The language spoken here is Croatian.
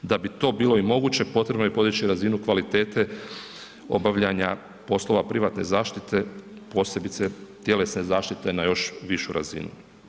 Da bi to bilo i moguće potrebno je podići razinu kvalitete obavljanja poslova privatne zaštite, posebice tjelesne zaštite na još višu razinu.